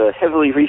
heavily